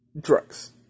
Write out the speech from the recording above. drugs